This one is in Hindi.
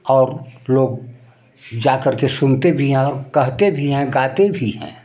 और लोग जा कर के सुनते भी हैं और कहते भी हैं गाते भी हैं